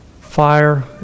fire